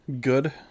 Good